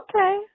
okay